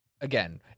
Again